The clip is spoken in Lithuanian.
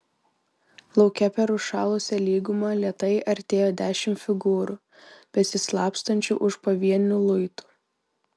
lauke per užšalusią lygumą lėtai artėjo dešimt figūrų besislapstančių už pavienių luitų